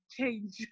change